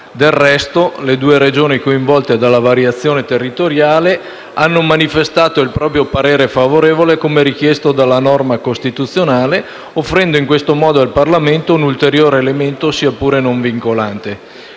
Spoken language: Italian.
Del resto, le due Regioni coinvolte dalla variazione territoriale hanno manifestato il proprio parere favorevole, come richiesto dalla norma costituzionale, offrendo in questo modo al Parlamento un ulteriore elemento, sia pure non vincolante,